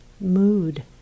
mood